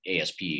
asp